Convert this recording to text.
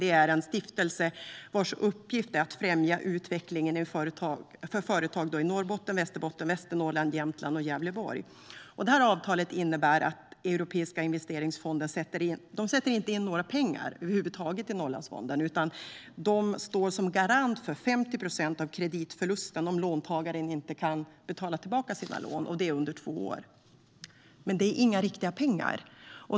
Det är en stiftelse vars uppgift är att främja utvecklingen för företag i Norrbotten, Västerbotten, Västernorrland, Jämtland och Gävleborg. Avtalet innebär att Europeiska investeringsfonden inte sätter in några pengar över huvud taget i Norrlandsfonden utan står som garant för 50 procent av kreditförlusten om låntagaren inte kan betala tillbaka sina lån, och det under två år. Men det är inga riktiga pengar.